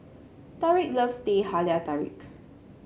Tarik loves Teh Halia Tarik